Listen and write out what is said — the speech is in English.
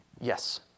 Yes